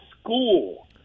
school